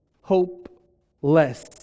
hopeless